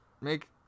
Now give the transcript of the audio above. make